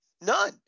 None